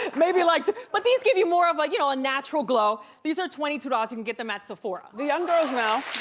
maybe like but these give you more of like, you know a natural glow. these are twenty two dollars, you can get them at sephora. the young girls now,